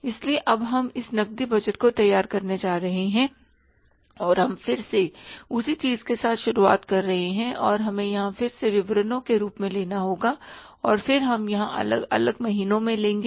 इसलिए अब हम इस नकदी बजट को तैयार करने जा रहे हैं और हम फिर से उसी चीज के साथ शुरुआत कर रहे हैं और हमें यहां फिर से विवरणों के रूप में लेना होगा और फिर हम यहां अलग अलग महीनों में लेंगे